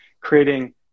creating